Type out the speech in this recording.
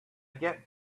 get